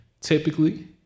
typically